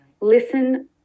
listen